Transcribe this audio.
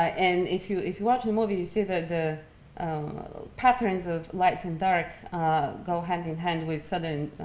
and if you if you watch the movie you see that the patterns of light and dark go hand in hand with sudden